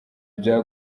bya